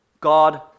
God